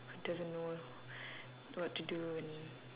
who doesn't know what to do and